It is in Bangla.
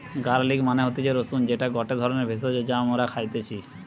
গার্লিক মানে হতিছে রসুন যেটা গটে ধরণের ভেষজ যা মরা খাইতেছি